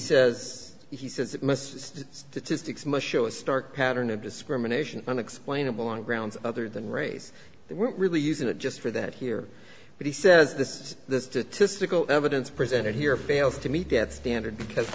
says he says it must statistics must show a stark pattern of discrimination unexplainable on grounds other than race they weren't really using it just for that here but he says this the statistical evidence presented here fails to meet that standard because